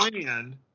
plan